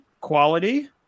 quality